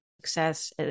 success